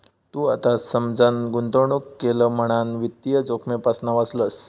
तू आता समजान गुंतवणूक केलं म्हणान वित्तीय जोखमेपासना वाचलंस